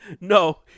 No